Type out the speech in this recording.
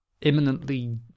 imminently